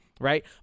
right